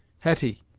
hetty,